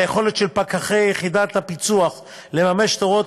היכולת של פקחי יחידת הפיצו"ח לממש את הוראות